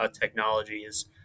technologies